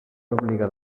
obligat